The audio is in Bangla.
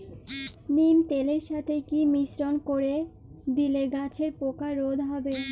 নিম তেলের সাথে কি মিশ্রণ করে দিলে গাছের পোকা রোধ হবে?